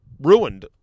ruined